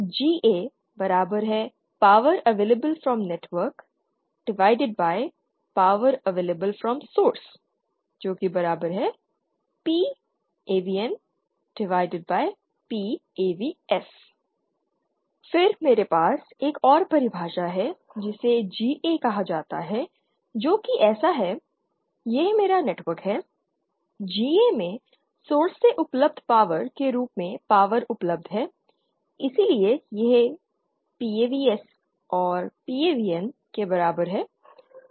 GAPower Available from networkPower Available from sourcePAVNPAVS फिर मेरे पास एक और परिभाषा है जिसे GA कहा जाता है जो कि ऐसा है यह मेरा नेटवर्क है GA में सोर्स से उपलब्ध पावर के रूप में पावर उपलब्ध है इसलिए यह PAVS पर PAVN के बराबर है